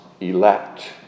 elect